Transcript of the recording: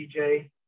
DJ